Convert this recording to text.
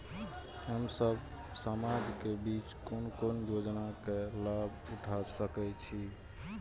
हम सब समाज के बीच कोन कोन योजना के लाभ उठा सके छी?